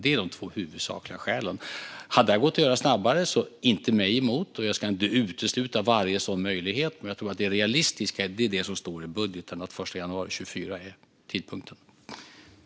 Det är de två huvudsakliga skälen. Hade det gått att göra snabbare så inte mig emot. Jag ska inte utesluta varje sådan möjlighet, men jag tror att det realistiska är det som står i budgeten, nämligen att den 1 januari 2024 är tidpunkten.